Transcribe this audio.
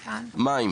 אין